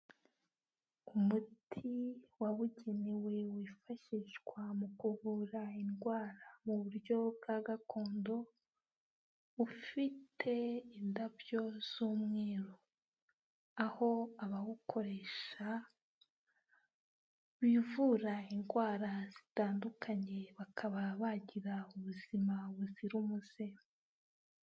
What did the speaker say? Umuti wabugenewe wifashishwa mu kuvura indwara mu buryo bwa gakondo, ufite indabyo z'umweru, aho abawukoresha bivura indwara zitandukanye, bakaba bagira ubuzima buzira umuze.